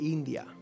India